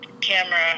camera